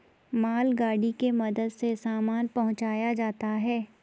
मालगाड़ी के मदद से सामान पहुंचाया जाता है